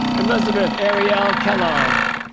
elizabeth arielle kellogg